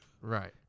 right